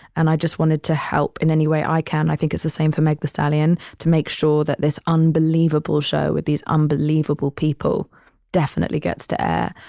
and i just wanted to help in any way i can. i think it's the same for meg thee stallion to make sure that this unbelievable show with these unbelievable people definitely gets to air.